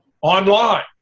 online